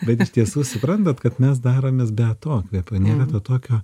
bet iš tiesų suprantat kad mes daromės be atokvėpio nėra tokio